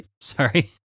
Sorry